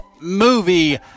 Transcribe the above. Movie